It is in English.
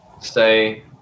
stay